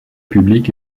publique